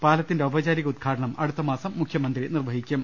പാലത്തിന്റെ ഔപചാരിക ഉദ്ഘാടനം അടുത്തമാസം മുഖ്യമന്ത്രി നിർവഹിക്കും